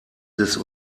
des